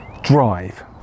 drive